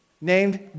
named